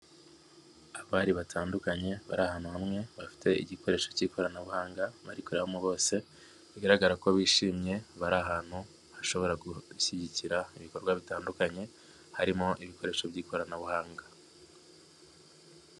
Abari batandukanye bari ahantu hamwe bafite igikoresho cy'ikoranabuhanga bari kurebamo bose bigaragara ko bishimye, bari ahantu hashobora kubashyigikira ibikorwa bitandukanye harimo ibikoresho by'ikoranabuhanga.